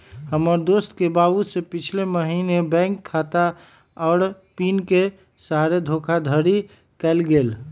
हमर दोस के बाबू से पिछले महीने बैंक खता आऽ पिन के सहारे धोखाधड़ी कएल गेल